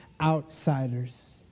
outsiders